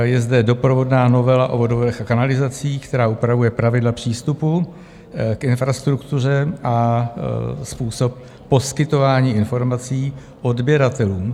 Je zde doprovodná novela o vodovodech a kanalizacích, která upravuje pravidla přístupu k infrastruktuře a způsob poskytování informací odběratelům.